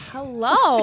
Hello